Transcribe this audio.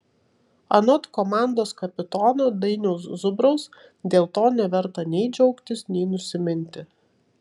anot komandos kapitono dainiaus zubraus dėl to neverta nei džiaugtis nei nusiminti